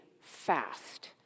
fast